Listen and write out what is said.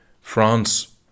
France